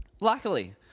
luckily